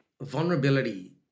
vulnerability